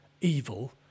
evil